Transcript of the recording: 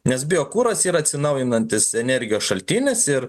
nes biokuras yra atsinaujinantis energijos šaltinis ir